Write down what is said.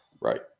right